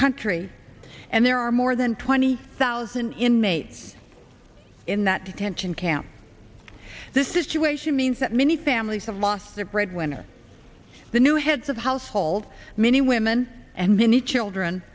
country and there are more than twenty thousand inmates in that detention camp this situation means that many families have lost their breadwinner the new heads of household many women and then the children